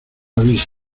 avisas